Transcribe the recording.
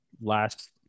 last